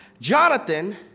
Jonathan